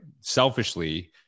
selfishly